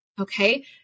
Okay